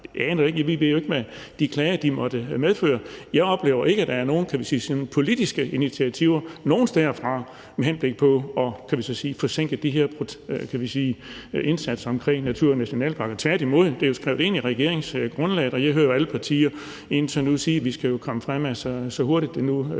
at indregne. Vi ved jo ikke, hvad de klager måtte medføre. Jeg oplever ikke, at der er nogen, kan vi sige, politiske initiativer nogen steder fra med henblik på at forsinke de her indsatser omkring naturnationalparkerne. Tværtimod er det jo skrevet ind i regeringsgrundlaget, og jeg hører alle partier indtil nu sige, at vi skal komme fremad, så hurtigt det nu